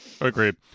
Agreed